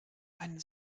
einen